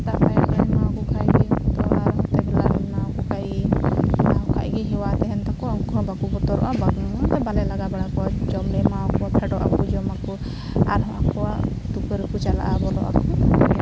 ᱥᱮᱛᱟᱜ ᱯᱟᱭᱟᱨ ᱨᱮ ᱮᱢᱟᱠᱚ ᱠᱷᱟᱱᱜᱮ ᱩᱱᱠᱩᱫᱚ ᱟᱨᱦᱚᱸ ᱦᱟᱱᱛᱮ ᱵᱮᱞᱟᱨᱮ ᱮᱢᱟᱣᱟᱟᱠᱚ ᱠᱷᱟᱡᱜᱮ ᱦᱮᱣᱟ ᱛᱟᱦᱮᱱ ᱛᱟᱠᱚᱣᱟ ᱩᱱᱠᱚᱦᱚᱸ ᱵᱟᱠᱚ ᱵᱚᱛᱚᱨᱚᱜᱼᱟ ᱵᱟᱞᱮ ᱞᱟᱜᱟᱵᱟᱲᱟ ᱠᱚᱣᱟ ᱡᱚᱢᱞᱮ ᱮᱢᱟᱣᱟᱠᱚᱣᱟ ᱯᱷᱮᱰᱚᱜᱟᱠᱚ ᱡᱚᱢᱟᱠᱚ ᱟᱨᱦᱚᱸ ᱟᱠᱚᱣᱟᱜ ᱛᱩᱠᱟᱹ ᱨᱮᱠᱚ ᱪᱟᱞᱟᱜᱼᱟ ᱵᱚᱞᱚᱜᱟᱠᱚ